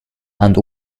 and